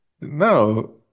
No